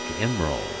Emerald